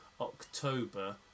October